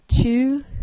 two